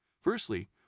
Firstly